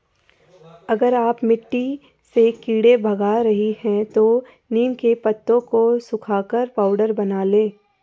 अगर आप मिट्टी से कीड़े भगा रही हैं तो नीम के पत्तों को सुखाकर पाउडर बना लें